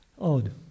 Odd